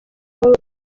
wowe